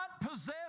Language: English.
possess